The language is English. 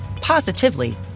Positively